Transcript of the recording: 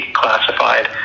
classified